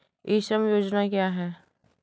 ई श्रम योजना क्या है?